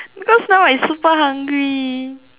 because now I super hungry